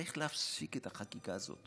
צריך להפסיק את החגיגה הזאת